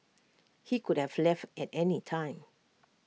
he could have left at any time